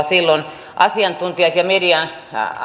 silloin asiantuntijat ja median